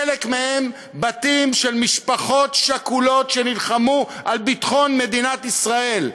חלק מהם בתים של משפחות שכולות שנלחמו על ביטחון מדינת ישראל.